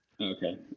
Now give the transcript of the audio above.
Okay